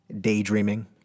Daydreaming